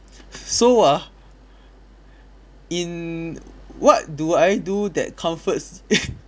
so ah in what do I do that comforts